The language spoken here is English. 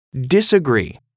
disagree